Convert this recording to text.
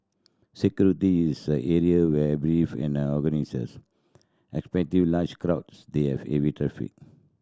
security is the area where beefed up and organisers expected large crowds and heavy traffic